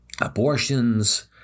abortions